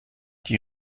die